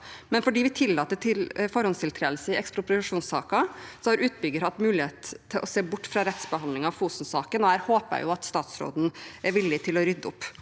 men fordi vi tillater forhåndstiltredelse i ekspropriasjonssaker, har utbygger hatt mulighet til å se bort fra rettsbehandling av Fosen-saken. Her håper jeg statsråden er villig til å rydde opp.